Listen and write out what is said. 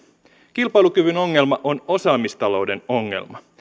kilpailukyvyn ongelma on osaamistalouden ongelma